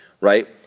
right